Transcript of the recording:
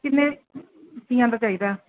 ਕਿੰਨੇ ਦਾ ਚਾਹੀਦਾ